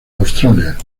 australia